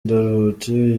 ndaruhutse